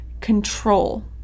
control